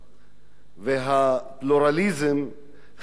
והפלורליזם חייב להישאר.